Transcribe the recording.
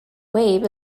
wave